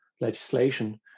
legislation